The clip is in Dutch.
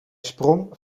sprong